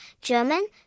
German